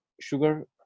sugar